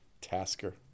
Tasker